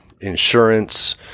insurance